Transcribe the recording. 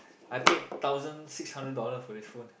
I paid thousand six hundred dollar for this phone